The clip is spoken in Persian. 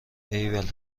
ایول